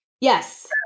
Yes